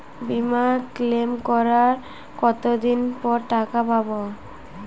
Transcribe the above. বিমা ক্লেম করার কতদিন পর টাকা পাব?